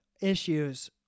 issues